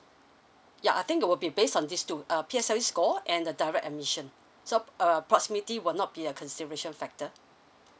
ya I think it will be based on this two uh P_S_L_E score and the direct admission so uh proximity will not be a consideration factor